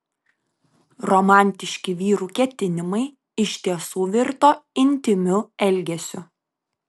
romantiški vyrų ketinimai iš tiesų virto intymiu elgesiu